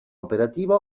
operativo